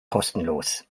kostenlos